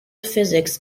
physics